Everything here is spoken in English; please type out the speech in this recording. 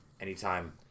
anytime